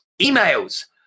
Emails